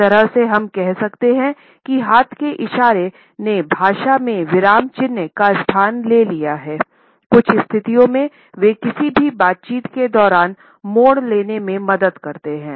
एक तरह से हम कह सकते हैं कि हाथ के इशारे ने भाषा में विराम चिह्नों का स्थान ले लिया है कुछ स्थितियों में वे किसी भी बातचीत के दौरान मोड़ लेने में मदद करते हैं